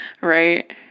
Right